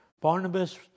Barnabas